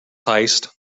heist